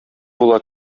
була